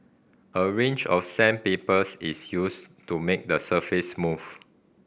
a range of sandpapers is used to make the surface smooth